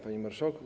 Panie Marszałku!